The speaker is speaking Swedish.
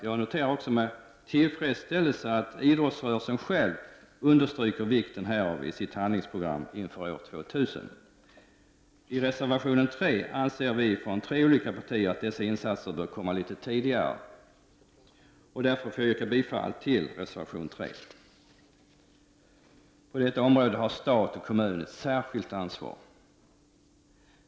Jag noterar med tillfredsställelse att idrottsrörelsen själv understryker vikten härav i sitt handlingsprogram inför år 2000. I reservation 3 framhåller vi från tre partier att dessa insatser bör komma litet tidigare. Jag yrkar därför bifall till reservation 3. På detta område har stat och kommun ett särskilt ansvar.